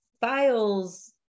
files